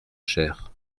cher